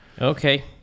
Okay